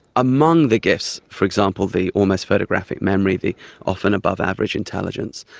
among the gifts, for example the almost photographic memory, the often above average intelligence,